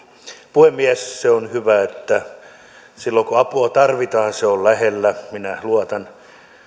puhemies se on hyvä että silloin kun apua tarvitaan se on lähellä minä luotan